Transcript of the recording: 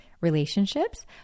relationships